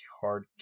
hard